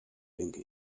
denke